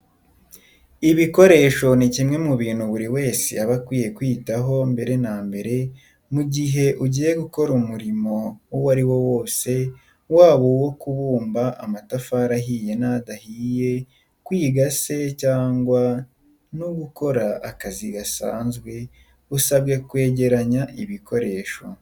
Ibikoresho ni kimwe mu bintu buri wese aba akwiye kwitaho mbere na mbere, mu gihe ugiye gukora umurimo uwo ari wo wese, waba uwo kubumba amatafari ahiye n'adahiye, kwiga se cyangwa ni gukora akazi gasanzwe, usabwe kwegeranya ibikoresho.